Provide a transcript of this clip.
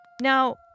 Now